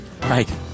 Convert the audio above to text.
Right